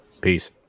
Peace